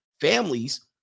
families